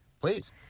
Please